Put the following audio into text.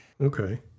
Okay